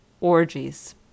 orgies